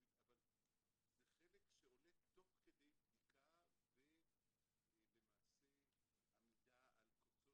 אבל זה חלק שעולה תוך כדי בדיקה ולמעשה עמידה על קוצו